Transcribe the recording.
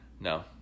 No